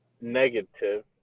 negative